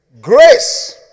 Grace